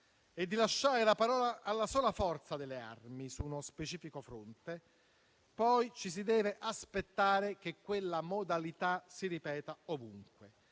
e di lasciare la parola alla sola forza delle armi su uno specifico fronte, poi ci si deve aspettare che quella modalità si ripeta ovunque.